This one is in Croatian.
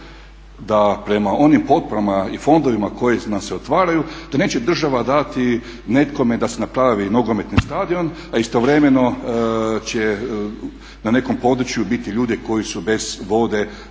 da prema onim potporama i fondovima koji nam se otvaraju da neće država dati nekome da si napravi nogometni stadion, a istovremeno će na nekom području biti ljudi koji su bez vode,